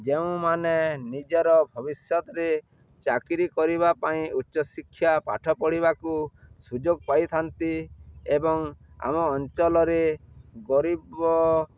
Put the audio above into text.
ଯେଉଁମାନେ ନିଜର ଭବିଷ୍ୟତରେ ଚାକିରୀ କରିବା ପାଇଁ ଉଚ୍ଚ ଶିକ୍ଷା ପାଠ ପଢ଼ିବାକୁ ସୁଯୋଗ ପାଇଥାନ୍ତି ଏବଂ ଆମ ଅଞ୍ଚଲରେ ଗରିବ